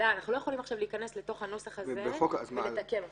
אנחנו לא יכולים להיכנס עכשיו לתוך הנוסח הזה ולתקן אותו,